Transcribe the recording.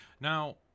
Now